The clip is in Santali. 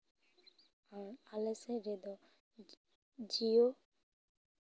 ᱟᱨ ᱟᱞᱮ ᱥᱮᱡ ᱨᱮᱫᱚ ᱡᱤᱭᱳ